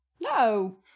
No